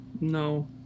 No